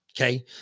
okay